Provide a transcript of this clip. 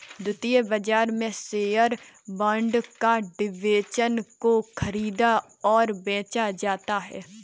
द्वितीयक बाजार में शेअर्स, बॉन्ड और डिबेंचर को ख़रीदा और बेचा जाता है